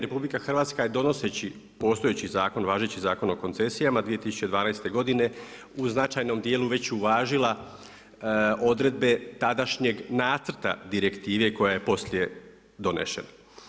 RH je donoseći postojeći zakon, važeći Zakon o koncesijama 2012. godine, u značajnom dijelu već uvažila odredbe tadašnjeg nacrta direktive koja je poslije donešena.